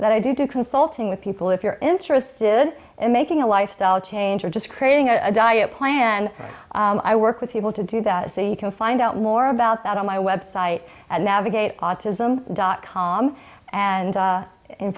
that i do consulting with people if you're interested in making a lifestyle change or just creating a diet plan i work with people to do that so you can find out more about that on my web site at navigate autism dot com and